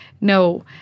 no